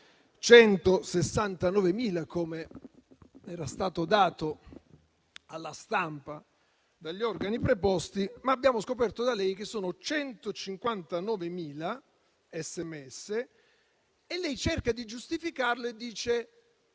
169.000, com'era stato comunicato alla stampa dagli organi preposti, ma abbiamo scoperto da lei che sono 159.000 gli SMS. Lei cerca di giustificarlo e dice